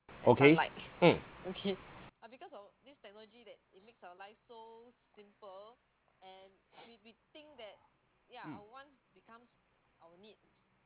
okay mm mm